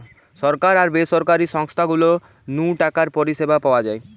সরকার আর বেসরকারি সংস্থা গুলা নু টাকার পরিষেবা পাওয়া যায়